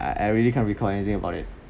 I I really can't recall anything about it